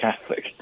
Catholic